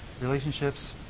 relationships